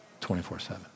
24-7